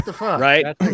Right